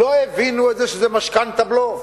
לא הבינו את זה שזה משכנתה בלוף,